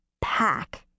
pack-